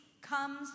comes